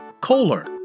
Kohler